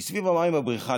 כי סביב המים בבריכה,